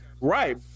Right